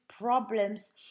problems